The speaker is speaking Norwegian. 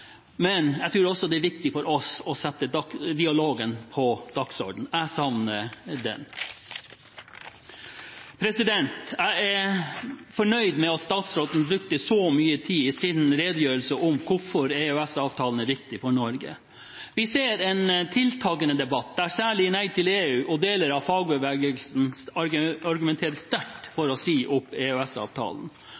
men jeg tror også det er viktig for oss å sette dialogen på dagsordenen. Jeg savner den. Jeg er fornøyd med at statsråden brukte så mye tid i sin redegjørelse på hvorfor EØS-avtalene er viktige for Norge. Vi ser en tiltakende debatt, der særlig Nei til EU og deler av fagbevegelsen argumenterer sterkt for å si opp